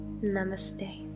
Namaste